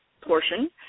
portion